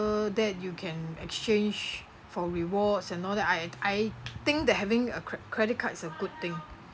that you can exchange for rewards and all that I I think that having a cre~ credit card is a good thing